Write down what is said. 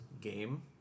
game